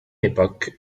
époque